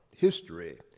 history